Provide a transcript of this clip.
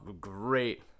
great